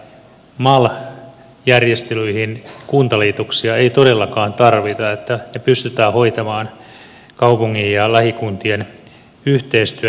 mal järjestelyihin kuntaliitoksia ei todellakaan tarvita että ne pystytään hoitamaan kaupungin ja lähikuntien yhteistyönä